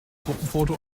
gruppenfoto